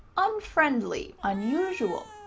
unfriendly, unusual.